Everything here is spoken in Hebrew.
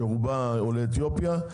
שרובה עולי אתיופיה,